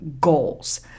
goals